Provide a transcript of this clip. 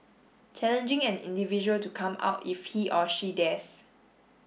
challenging an individual to come out if he or she dares